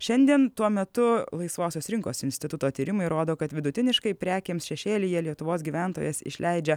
šiandien tuo metu laisvosios rinkos instituto tyrimai rodo kad vidutiniškai prekėms šešėlyje lietuvos gyventojas išleidžia